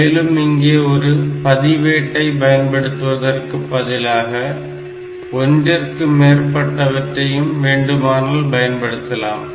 மேலும் இங்கே ஒரு பதிவேட்டை பயன்படுத்துவதற்கு பதிலாக ஒனறிற்கும் மேற்பட்டவற்றையும் வேண்டுமானால் பயன்படுத்தலாம்